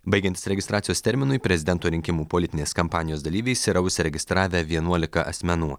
baigiantis registracijos terminui prezidento rinkimų politinės kampanijos dalyviais yra užsiregistravę vienuolika asmenų